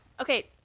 Okay